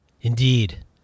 Indeed